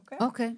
אוקי.